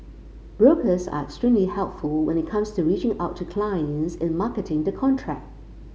brokers are extremely helpful when it comes to reaching out to clients in marketing the contract